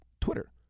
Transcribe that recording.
Twitter